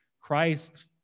Christ